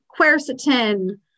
quercetin